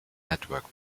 network